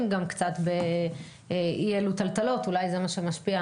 גם קצת באי אלו טלטלות ואולי זה מה שמשפיע,